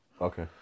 Okay